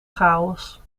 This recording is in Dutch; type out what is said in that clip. chaos